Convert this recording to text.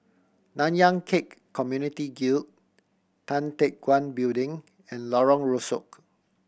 Nanyang Khek Community Guild Tan Teck Guan Building and Lorong Rusuk